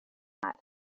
that